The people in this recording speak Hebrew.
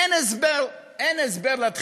אין הסבר לדחייה,